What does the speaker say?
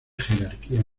jerarquía